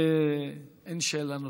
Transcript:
אין שאלה נוספת.